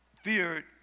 feared